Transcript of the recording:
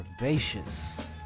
curvaceous